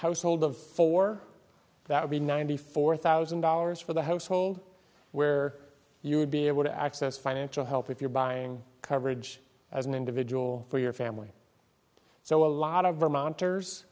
household of four that would be ninety four thousand dollars for the household where you would be able to access financial help if you're buying coverage as an individual for your family so a lot of vermonters